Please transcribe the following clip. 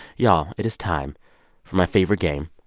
y'all, it is time for my favorite game,